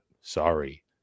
sorry